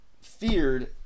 feared